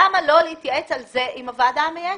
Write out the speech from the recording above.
למה לא להתייעץ על זה עם הוועדה המייעצת?